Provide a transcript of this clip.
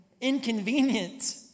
inconvenient